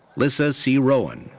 lissa c. rowan,